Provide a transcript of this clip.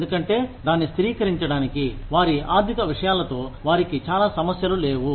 ఎందుకంటే దాన్ని స్థిరీకరీంచడానికి వారి ఆర్థిక విషయాలతో వారికి చాలా సమస్యలు లేవు